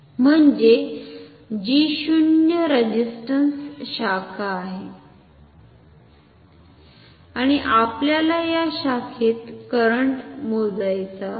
म्हणजे जी शून्य रेझिस्टंस शाखा आहे आणि आपल्याला या शाखेत करंट मोजायचे आहे